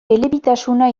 elebitasuna